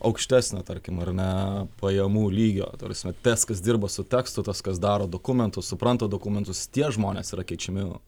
aukštesnio tarkim ar ne pajamų lygio ta prasme tes kas dirbo su tekstu tas kas daro dokumentus supranta dokumentus tie žmonės yra keičiami